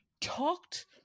talked